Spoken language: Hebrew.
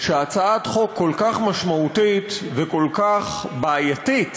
שהצעת חוק כל כך משמעותית וכל כך בעייתית